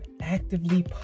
actively